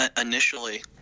initially